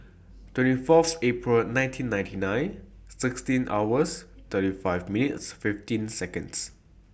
twenty four April nineteen ninety nine sixteen hours thirty five minutes fifteen Seconds